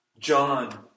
John